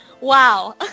Wow